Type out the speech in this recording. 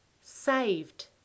saved